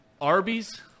Arby's